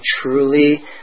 truly